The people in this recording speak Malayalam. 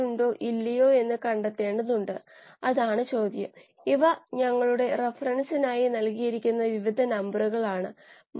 നമ്മൾ തിരികെ വരുമ്പോൾ അടുത്ത പ്രഭാഷണത്തിൽ പ്രശ്നം പരിഹരിക്കും പ്രാക്ടീസ് പ്രശ്നം 5